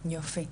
יופי,